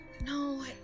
No